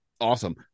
awesome